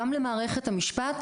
גם למערכת המשפט,